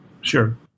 Sure